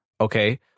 Okay